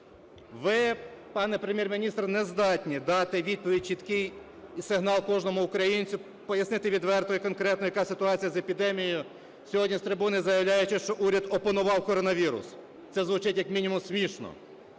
Ви, пане Прем'єр-міністр, не здатні дати відповідь, чіткий сигнал, кожному українцю, пояснити відверто і конкретно, яка ситуація з епідемією, сьогодні з трибуни заявляючи, що уряд опанував коронавірус. Це звучить як мінімум смішно.